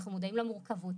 אנחנו מודעים למורכבות.